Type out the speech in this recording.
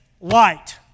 light